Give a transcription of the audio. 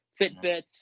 Fitbits